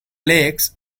legs